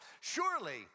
Surely